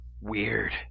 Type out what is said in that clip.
Weird